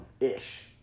ish